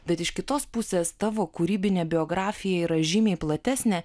bet iš kitos pusės tavo kūrybinė biografija yra žymiai platesnė